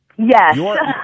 Yes